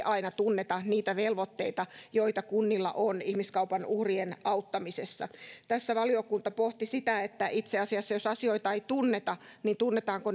aina tunneta niitä velvoitteita joita kunnilla on ihmiskaupan uhrien auttamisessa tässä valiokunta pohti sitä että jos asioita ei tunneta niin tunnetaanko